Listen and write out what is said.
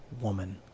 woman